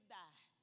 die